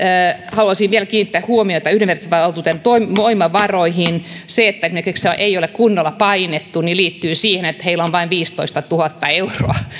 haluaisin vielä kiinnittää huomiota yhdenvertaisuusvaltuutetun voimavaroihin se että esimerkiksi ei ole kunnolla painettu liittyy siihen että heillä on vain viisitoistatuhatta euroa